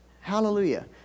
Hallelujah